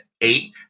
Eight